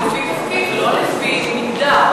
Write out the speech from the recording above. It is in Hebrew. לפי תפקיד ולא לפי מגדר.